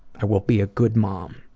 i will be a good mom.